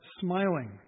smiling